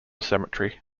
cemetery